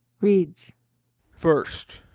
reads first,